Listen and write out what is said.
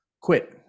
quit